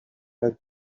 had